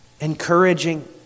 encouraging